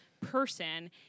person